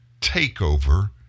takeover